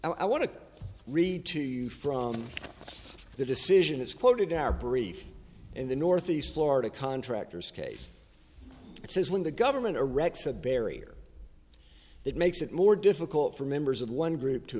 i want to read to you from the decision is quoted our brief in the northeast florida contractors case it says when the government erects a barrier that makes it more difficult for members of one group to